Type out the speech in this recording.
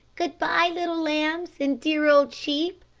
good-bye, little lambs and dear old sheep,